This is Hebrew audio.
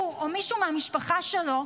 הוא או מישהו מהמשפחה שלו,